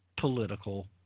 Political